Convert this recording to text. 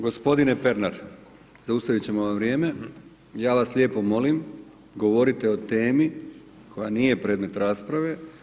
Gospodine Pernar, zaustaviti ćemo vam vrijeme, ja vas lijepo molim, govorite o temi koja nije predmet rasprave.